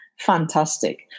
fantastic